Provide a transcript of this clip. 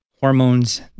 hormones